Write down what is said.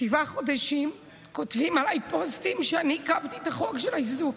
שבעה חודשים כותבים עלי פוסטים שאני עיכבתי את החוק של האיזוק.